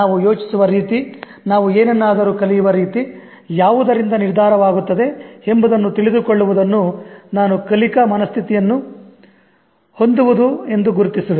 ನಾವು ಯೋಚಿಸುವ ರೀತಿ ನಾವು ಏನನ್ನಾದರೂ ಕಲಿಯುವ ರೀತಿ ಯಾವುದರಿಂದ ನಿರ್ಧರಿತವಾಗುತ್ತದೆ ಎಂಬುದನ್ನು ತಿಳಿದುಕೊಳ್ಳುವುದನ್ನು ನಾನು ಕಲಿಕಾ ಮನಸ್ಥಿತಿಯನ್ನು ಹೊಂದುವುದು ಎಂದು ಗುರುತಿಸುವೆ